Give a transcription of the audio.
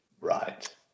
Right